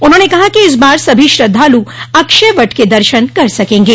उन्होंने कहा कि इस बार सभी श्रद्वालु अक्षय वट के दर्शन कर सकेंगे